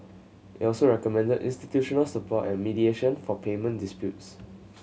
it also recommended institutional support and mediation for payment disputes